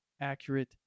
accurate